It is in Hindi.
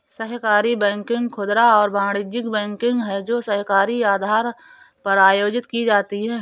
सहकारी बैंकिंग खुदरा और वाणिज्यिक बैंकिंग है जो सहकारी आधार पर आयोजित की जाती है